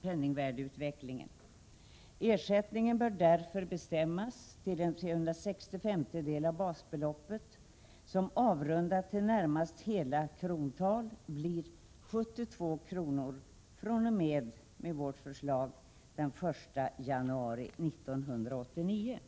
penningvärdeutvecklingen. Ersättningen bör därför bestämmas till en 365:edel av basbeloppet, som avrundat till närmast hela krontal blir 72 kronor, fr.o.m. den 1 januari 1989.